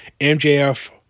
MJF